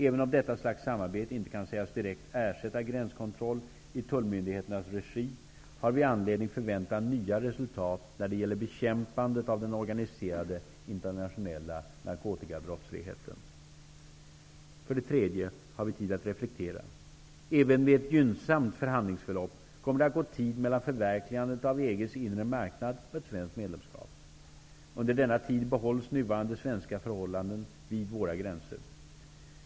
Även om detta slags samarbete inte kan sägas direkt ersätta gränskontroll i tullmyndigheternas regi, har vi anledning att förvänta nya resultat när det gäller bekämpandet av den organiserade internationella narkotikabrottsligheten. För det tredje har vi tid att reflektera. Även vid ett gynnsamt förhandlingsförlopp kommer det att gå tid mellan förverkligandet av EG:s inre marknad och ett svenskt medlemskap. Under denna tid behålls nuvarande svenska förhållanden vid våra gränser.